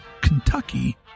Kentucky